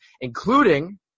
including